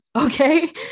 okay